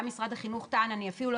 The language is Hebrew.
גם משרד החינוך טען שהוא אפילו לא